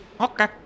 okay